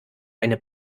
eine